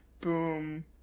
Boom